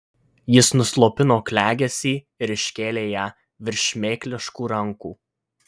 jis nuslopino klegesį ir iškėlė ją virš šmėkliškų rankų